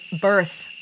birth